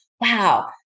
wow